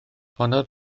honnodd